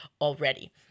already